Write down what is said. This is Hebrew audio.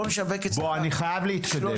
בוא נשווק אצלך 300. אני חייב להתקדם,